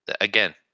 again